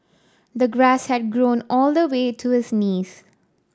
the grass had grown all the way to his knees